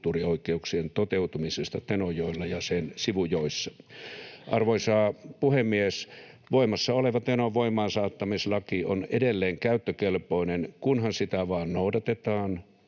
kulttuurioikeuksien toteutumisesta Tenojoella ja sen sivujoissa. Arvoisa puhemies! Voimassa oleva Tenon voimaansaattamislaki on edelleen käyttökelpoinen, kunhan sitä vaan noudatetaan